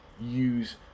use